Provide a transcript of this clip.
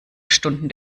stunden